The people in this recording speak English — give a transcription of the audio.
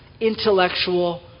intellectual